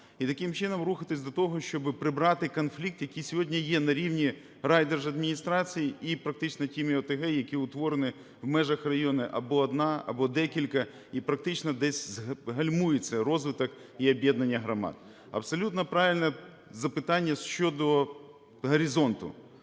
таким чином рухатися до того, щоб прибрати конфлікт, який сьогодні є на рівні райдержадміністрацій і практично тими ОТГ, які утворені в межах району: або одна, або декілька, і практично десь гальмується розвиток і об'єднання громад. Абсолютно правильне запитання щодо "Горизонту